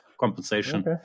compensation